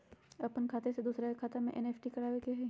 अपन खाते से दूसरा के खाता में एन.ई.एफ.टी करवावे के हई?